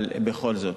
אבל בכל זאת.